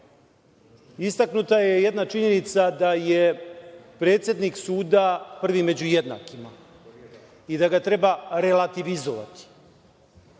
pravosuđa. Istaknuta je jedna činjenica da je predsednik suda prvi među jednakima i da ga treba relativizovati.